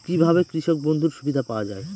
কি ভাবে কৃষক বন্ধুর সুবিধা পাওয়া য়ায়?